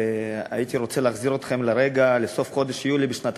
הייתי רוצה להחזיר אתכם לרגע לסוף חודש יולי בשנת